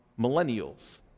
millennials